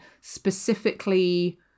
specifically